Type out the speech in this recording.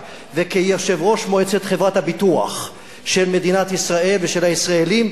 וכיושב-ראש מועצת חברת הביטוח של מדינת ישראל ושל הישראלים,